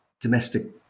domestic